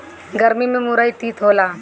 गरमी में मुरई तीत होला